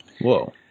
whoa